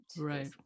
Right